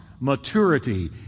maturity